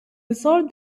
resolved